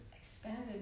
expanded